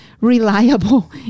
reliable